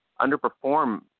underperform